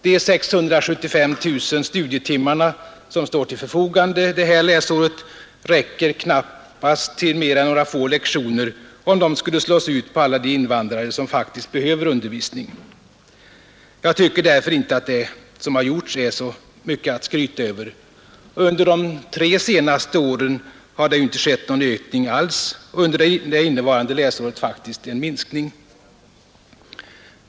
De 675 000 studietimmar som står till förfogande det här läsåret räcker knappast till mer än några få lektioner, om de skulle slås ut på alla de invandrare som faktiskt behöver undervisning. Jag tycker därför inte att det som har gjorts är så mycket att skryta över. Och under de tre senaste åren har det ju inte skett någon ökning — under innevarande läsår tvärtom en minskning.